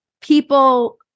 people